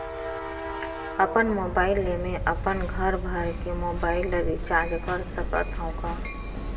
अपन मोबाइल ले मैं अपन घरभर के मोबाइल ला रिचार्ज कर सकत हव का?